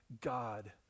God